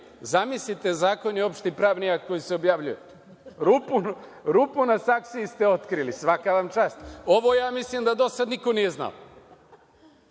Zamislite, Zakon je opšti pravni akt koji se objavljuje? Rupu na saksiji ste otkrili. Svaka vam čast. Ovo ja mislim da do sada niko nije znao,